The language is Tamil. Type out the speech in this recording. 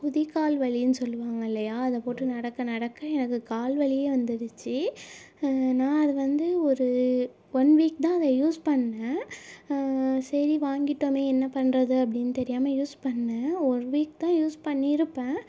குதிகால் வலின்னு சொல்லுவாங்க இல்லையா அதைப்போட்டு நடக்க நடக்க எனக்கு கால் வலியே வந்துருச்சு நான் அது வந்து ஒரு ஒன் வீக் தான் அதை யூஸ் பண்ணேன் சரி வாங்கிட்டோமே என்ன பண்ணுறது அப்படின்னு தெரியாம யூஸ் பண்ணேன் ஒரு வீக் தான் யூஸ் பண்ணிருப்பேன்